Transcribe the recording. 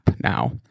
now